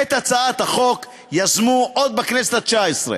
את הצעת החוק יזמו עוד בכנסת התשע-עשרה